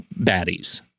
baddies